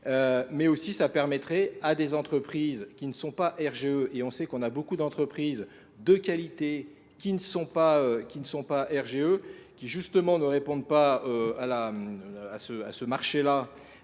mais aussi ça permettrait à des entreprises qui ne sont pas RGE et on sait qu'on a beaucoup d'entreprises de qualité qui ne sont pas RGE qui justement ne répondent pas à ce marché là